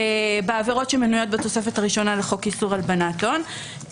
בעבירות שמנויות בתוספת הראשונה לחוק איסור הלבנת הון.